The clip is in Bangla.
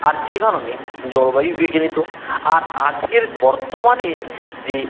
আর যে কারণে জলবায়ু বিঘ্নিত আর আজকের বর্তমানে যে